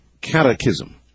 catechism